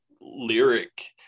lyric